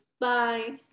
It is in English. Bye